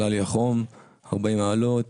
עלה לי החום, 40 מעלות,